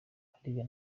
hariya